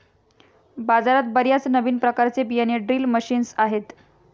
बाजारात बर्याच नवीन प्रकारचे बियाणे ड्रिल मशीन्स आहेत